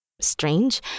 strange